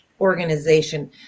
organization